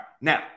now